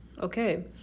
okay